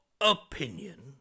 opinion